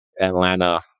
Atlanta